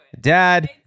dad